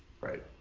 Right